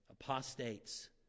Apostates